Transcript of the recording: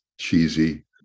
cheesy